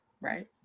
right